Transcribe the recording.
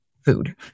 food